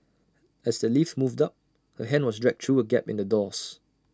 as the lift moved up her hand was dragged through A gap in the doors